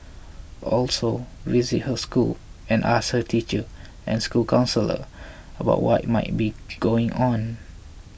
also visit her school and ask her teacher and school counsellor about what might be going on